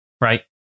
Right